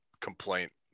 complaint